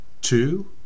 two